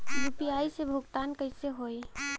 UPI से भुगतान कइसे होहीं?